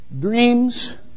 Dreams